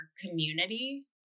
community